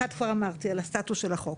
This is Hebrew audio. אחת כבר אמרתי, על הסטטוס של החוק.